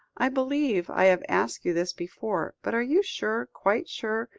i believe i have asked you this before but are you sure, quite sure,